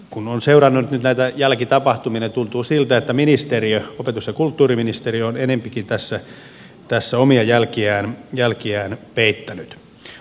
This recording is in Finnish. kun on seurannut nyt näitä jälkitapahtumia tuntuu siltä että ministeriö opetus ja kulttuuriministeriö on enempikin tässä omia jälkiään peittänyt